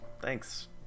thanks